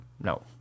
No